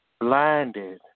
blinded